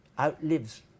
outlives